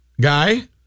guy